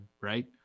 right